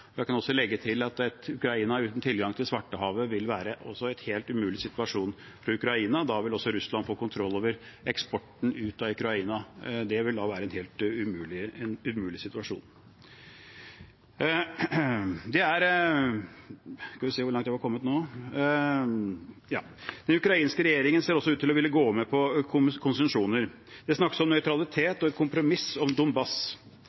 Jeg kan også legge til at et Ukraina uten tilgang til Svartehavet vil være en helt umulig situasjon for Ukraina – da vil Russland også få kontroll over eksporten ut av Ukraina. Det vil være en umulig situasjon. Den ukrainske regjeringen ser også ut til å ville gå med på konsesjoner. Det snakkes om